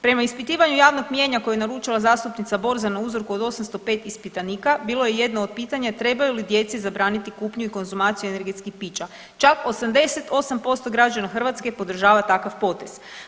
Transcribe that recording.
Prema ispitivanju javnog mijenja koje je naručila zastupnica Borzan na uzorku od 805 ispitanika bilo je jedno od pitanja, trebaju li djeci zabraniti kupnju i konzumaciju energetskih pića, čak 88% građana Hrvatske podržava takav potez.